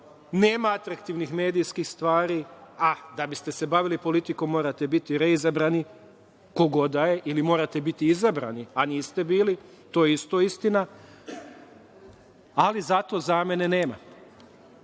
nema atraktivnih medijskih stvari, a da biste se bavili politikom morate biti reizabrani, ko god da je, ili morate biti izabrani, a niste bili, to je isto istina, ali zato zamene